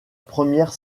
première